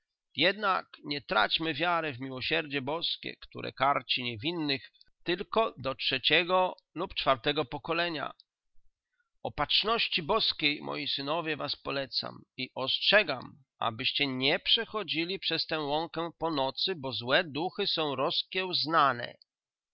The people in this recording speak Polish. jednak nie traćmy wiary w miłosierdzie boskie które karci niewinnych tylko do trzeciego lub czwartego pokolenia opatrzności boskiej moi synowie was polecam i ostrzegam abyście nie przechodzili przez tę łąkę po nocy gdy złe duchy są